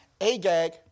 Agag